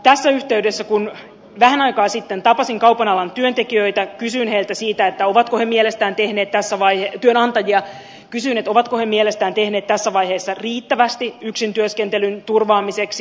tässä yhteydessä kun vähän aikaa sitten tapasin kaupan alan työnantajia kysyin heiltä ovatko he mielestään tehneet tässä vaje työnantajia kysynyt ovatko he mielestään kiinni tässä vaiheessa riittävästi yksintyöskentelyn turvaamiseksi